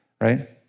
right